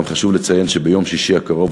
גם חשוב לציין שביום שישי הקרוב,